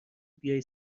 بیای